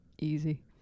easy